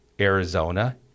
Arizona